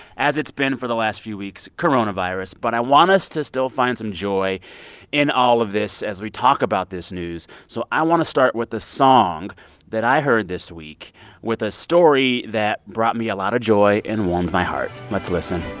as it's been for the last few weeks, coronavirus. but i want us to still find some joy in all of this as we talk about this news. so i want to start with a song that i heard this week with a story that brought me a lot of joy and warmed my heart. let's listen